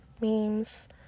Memes